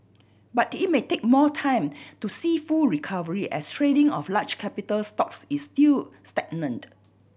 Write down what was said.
but it may take more time to see full recovery as trading of large capital stocks is still stagnant